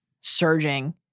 surging